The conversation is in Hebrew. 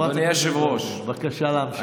בבקשה להמשיך.